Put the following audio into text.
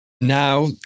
Now